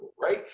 right?